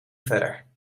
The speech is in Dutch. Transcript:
verder